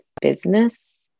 business